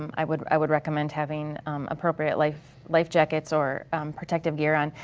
i would i would recommend having appropriate life life jackets or protective gear on.